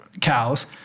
cows